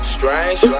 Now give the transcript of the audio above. Strange